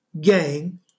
gang